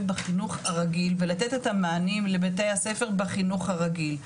בחינוך הרגיל ולתת את המענים לבתי הספר בחינוך הרגיל,